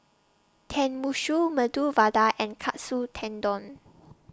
Tenmusu Medu Vada and Katsu Tendon